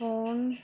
phone